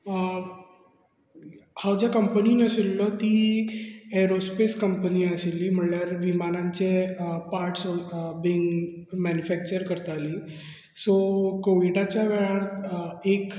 हांव ज्या कंपनींत आशिल्लो ती एरोस्पेस कंपनी आशिल्ली म्हणल्यार विमानांचे पार्ट्स बी मेनीफॅक्चर करताली सो कॉवीडाच्या वेळार एक